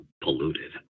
polluted